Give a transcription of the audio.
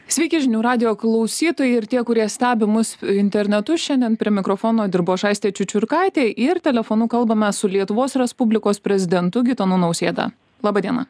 sveiki žinių radijo klausytojai ir tie kurie stebi mus internetu šiandien prie mikrofono dirbu aš aistė čiučiurkaitė ir telefonu kalbame su lietuvos respublikos prezidentu gitanu nausėda laba diena